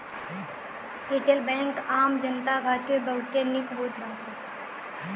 retail bank आम जनता खातिर बहुते निक होत बाटे